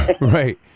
Right